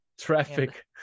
Traffic